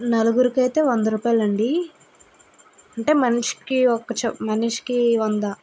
నలుగురికి అయితే వందరూపాయలు అండి అంటే మనిషికి ఒక చొ అంటే మనిషికి వంద